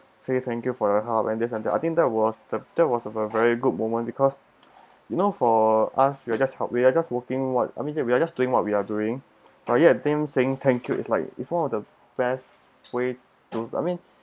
say thank you for your help and this and that I think that was the that was a very good moment because you know for us we are just help we are just working [what] I mean that we are just doing what we are doing but yet them saying thank you is like it's one of the best way to I mean